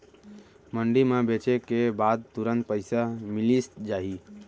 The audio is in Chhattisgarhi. मंडी म बेचे के बाद तुरंत पइसा मिलिस जाही?